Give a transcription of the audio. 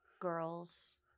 girls